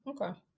Okay